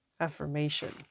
affirmation